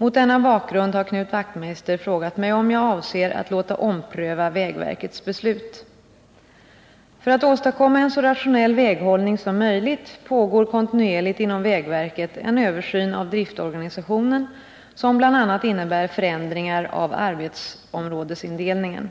Mot denna bakgrund har Knut Wachtmeister frågat mig om jag avser att låta ompröva vägverkets beslut. För att åstadkomma en så rationell väghållning som möjligt pågår kontinuerligt inom vägverket en översyn av driftorganisationen som bl.a. innebär förändringar av arbetsområdesindelningen.